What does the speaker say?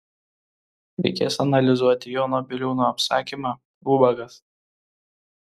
reikės analizuoti jono biliūno apsakymą ubagas